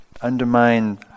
undermine